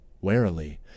Warily